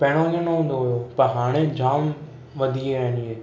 पहिरियों इएं न हून्दो हो पर हाणे जाम वधियां आहिनि इहे